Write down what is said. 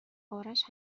آرش